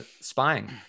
spying